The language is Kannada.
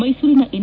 ಮೈಸೂರಿನ ಎನ್